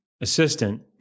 assistant